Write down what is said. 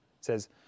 says